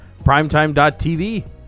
primetime.tv